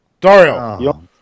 Dario